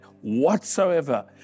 whatsoever